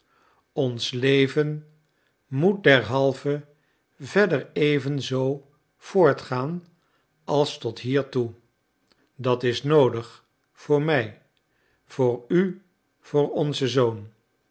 ons leven moet derhalve verder evenzoo voortgaan als tot hiertoe dat is noodig voor mij voor u voor onzen zoon